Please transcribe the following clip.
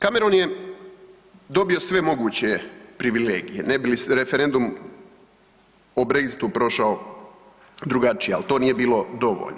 Cameron je dobio sve moguće privilegije ne bi li referendum o brexitu prošao drugačije, ali to nije bilo dovoljno.